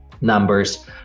numbers